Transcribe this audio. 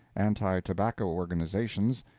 anti-tobacco organizations,